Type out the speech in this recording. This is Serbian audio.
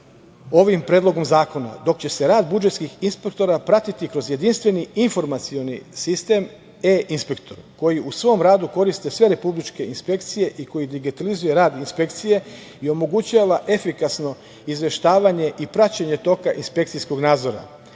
ovim Predlogom zakon, dok će se rad budžetskih inspektora pratiti kroz jedinstveni informacioni sistem e-Inspektoru, koji u svom radu koriste sve republičke inspekcije i koji digitalizuje rad inspekcije i omogućava efikasno izveštavanje i praćenje toka inspekcijskog nadzora.